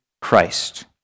Christ